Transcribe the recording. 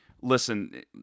listen